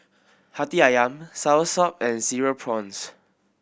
Hati Ayam Soursop and Cereal Prawns